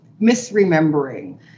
misremembering